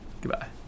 Goodbye